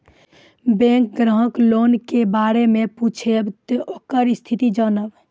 Bank ग्राहक loan के बारे मैं पुछेब ते ओकर स्थिति जॉनब?